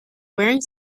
wearing